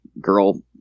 girl